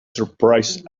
surprised